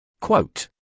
Quote